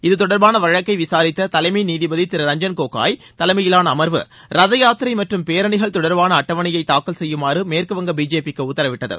இது தொடர்பான வழக்கை விசூரித்த தலைமை நீதிபதி திரு ரஞ்சன் கோகாய் தலைமையிலான அமர்வு ரதயாத்திரை மற்றும் பேரணிகள் தொடர்பான அட்டவணையை தாக்கல் செய்யுமாறு மேற்குவங்க பிஜேபிக்கு உத்தரவிட்டது